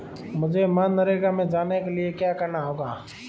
मुझे मनरेगा में जाने के लिए क्या करना होगा?